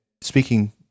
speaking